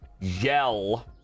yell